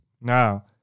Now